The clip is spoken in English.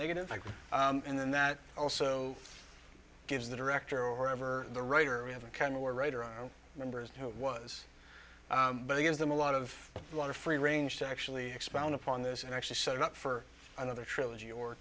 negative and then that also gives the director or ever the writer we have a kind of a writer our members it was but it gives them a lot of a lot of free range to actually expound upon this and actually set it up for another trilogy or